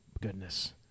Goodness